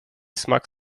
смак